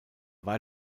war